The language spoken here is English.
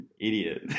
idiot